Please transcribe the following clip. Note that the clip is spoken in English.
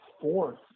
fourth